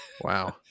Wow